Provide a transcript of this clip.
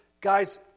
guys